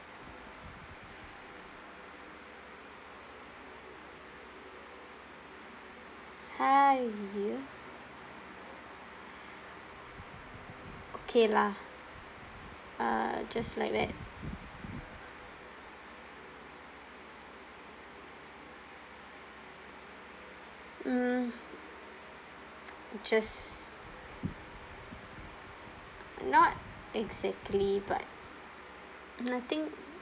hi okay lah uh just like that mm just not exactly but nothing